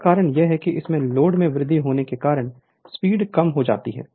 इसका कारण यह है की इसमें लोड में वृद्धि होने के कारण स्पीड कम हो जाती है